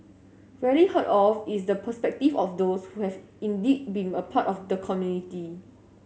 rarely heard of is the perspective of those who have indeed been a part of the community